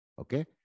Okay